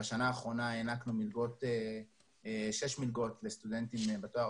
בשנה האחרונה הענקנו שש מלגות לסטודנטים בתואר